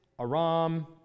Aram